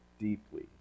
deeply